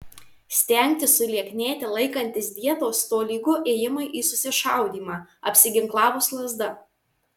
stengtis sulieknėti laikantis dietos tolygu ėjimui į susišaudymą apsiginklavus lazda